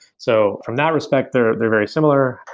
so from that respect they're they're very similar.